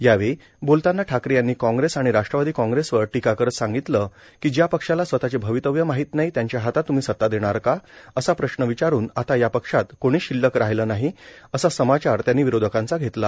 यावेळी बोलताना ठाकरे यांनी काँग्रेस आणि राष्ट्रवादी काँग्रेसवर टीका करत सांगितले की ज्या पक्षाला स्वतःचे भवितव्य माहीत नाही त्यांच्या हातात तृम्ही सता देणार का असा प्रश्न विचारून आता या पक्षात कोणी शिल्लक राहिले नाही असा समाचार त्यांनी विरोधकांचा घेतला